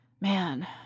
Man